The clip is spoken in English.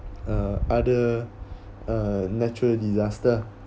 uh other uh natural disaster